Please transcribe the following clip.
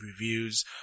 reviews